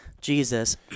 Jesus